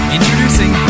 Introducing